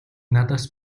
надаас